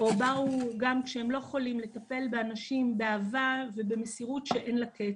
או באו גם כשהם לא חולים לטפל באנשים באהבה ובמסירות שאין לה קץ.